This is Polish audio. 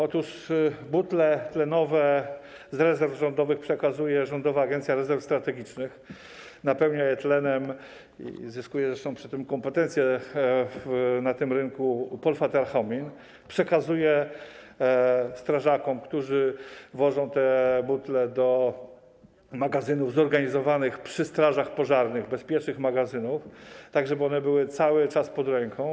Otóż butle tlenowe z rezerw rządowych przekazuje Rządowa Agencja Rezerw Strategicznych, napełnia je tlenem, i zyskuje zresztą przy tym kompetencje na tym rynku, Polfa Tarchomin, po czym przekazuje je strażakom, którzy wożą te butle do magazynów zorganizowanych przy strażach pożarnych, bezpiecznych magazynów, tak żeby one były cały czas pod ręką.